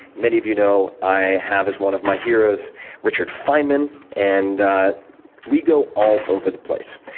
many of you know i have as one of my heroes richard feynman. and we go all over the place.